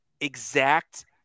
exact